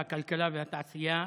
והתעשייה,